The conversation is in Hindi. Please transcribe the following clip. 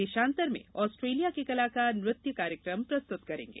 देशान्तर में आस्ट्रेलिया के कलाकार नृत्य कार्यक्रम प्रस्तुत करेंगे